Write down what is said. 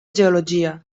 geologia